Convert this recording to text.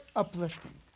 uplifting